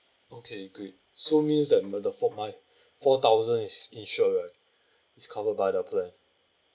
okay good so means that the four my four thousand is insured right is covered by the plan